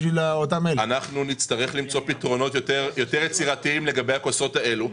אנחנו נצרך למצוא פתרונות יותר יצירתיים לגבי הכוסות הללו.